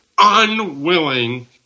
unwilling